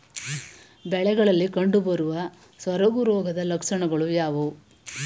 ಬೆಳೆಗಳಲ್ಲಿ ಕಂಡುಬರುವ ಸೊರಗು ರೋಗದ ಲಕ್ಷಣಗಳು ಯಾವುವು?